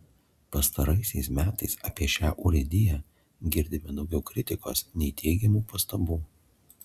pastaraisiais metais apie šią urėdiją girdime daugiau kritikos nei teigiamų pastabų